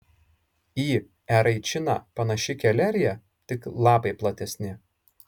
į eraičiną panaši kelerija tik lapai platesni